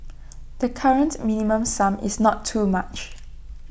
the current minimum sum is not too much